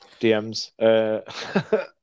DMs